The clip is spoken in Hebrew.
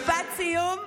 משפט סיום.